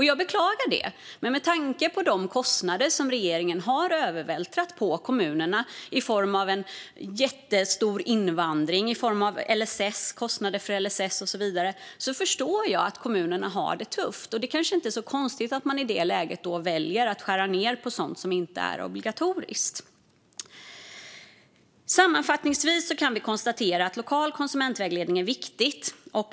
Jag beklagar det, men med tanke på de kostnader som regeringen har övervältrat på kommunerna i form av en jättestor invandring, åtaganden inom LSS och så vidare förstår jag att kommunerna har det tufft. Det kanske inte är så konstigt att man i det läget väljer att skära ned på sådant som inte är obligatoriskt. Sammanfattningsvis kan vi konstatera att lokal konsumentvägledning är viktigt.